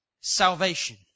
salvation